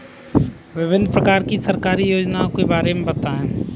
विभिन्न प्रकार की सरकारी योजनाओं के बारे में बताइए?